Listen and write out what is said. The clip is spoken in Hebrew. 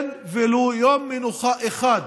אין ולו יום מנוחה אחד